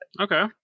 okay